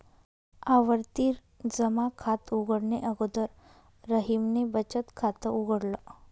आवर्ती जमा खात उघडणे अगोदर रहीमने बचत खात उघडल